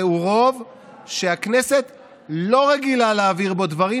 זהו רוב שהכנסת לא רגילה להעביר בו דברים,